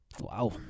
Wow